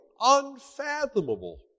unfathomable